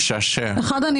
דבר אחד,